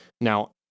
Now